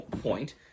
point